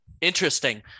interesting